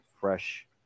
fresh